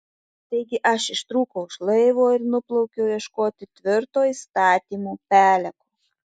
taigi aš ištrūkau iš laivo ir nuplaukiau ieškoti tvirto įstatymo peleko